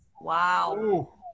Wow